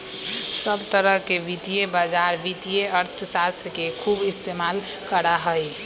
सब तरह के वित्तीय बाजार वित्तीय अर्थशास्त्र के खूब इस्तेमाल करा हई